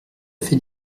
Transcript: fait